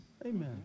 Amen